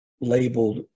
labeled